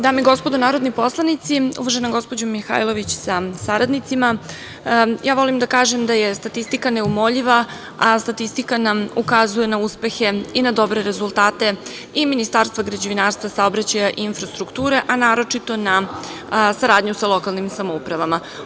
Dame i gospodo narodni poslanici, uvažena gospođo Mihajlović sa saradnicima, ja volim da kažem da je statistika neumoljiva, a statistika nam ukazuje na uspehe i na dobre rezultate i Ministarstva građevinarstva, saobraćaja, infrastrukture, a naročito na saradnju sa lokalnim samoupravama.